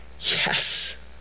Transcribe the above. yes